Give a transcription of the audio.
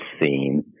scene